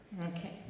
Okay